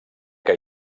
que